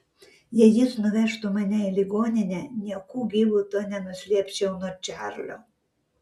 jei jis nuvežtų mane į ligoninę nieku gyvu to nenuslėpčiau nuo čarlio